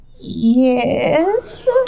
Yes